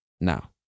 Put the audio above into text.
now